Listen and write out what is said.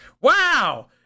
wow